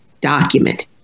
document